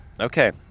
Okay